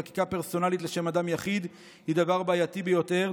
חקיקה פרסונלית לשם אדם יחיד היא דבר בעייתי ביותר.